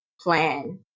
plan